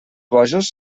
bojos